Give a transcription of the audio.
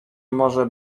może